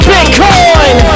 Bitcoin